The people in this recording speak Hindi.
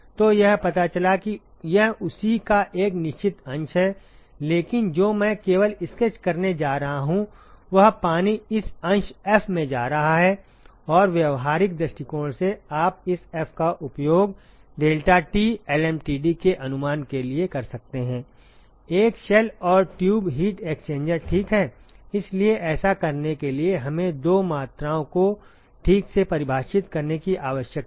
तो यह पता चला है कि यह उसी का एक निश्चित अंश है लेकिन जो मैं केवल स्केच करने जा रहा हूं वह पानी इस अंश F में जा रहा है और व्यावहारिक दृष्टिकोण से आप इस एफ का उपयोग deltaT lmtd के अनुमान के लिए कैसे कर सकते हैं एक शेल और ट्यूब हीट एक्सचेंजर ठीक है इसलिए ऐसा करने के लिए हमें दो मात्राओं को ठीक से परिभाषित करने की आवश्यकता है